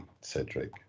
Cedric